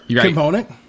component